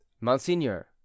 Monseigneur